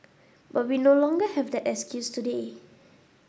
but we no longer have that excuse today